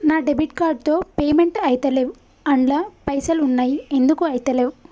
నా debit card తో payment ఐతలేవ్ అండ్ల పైసల్ ఉన్నయి ఎందుకు ఐతలేవ్?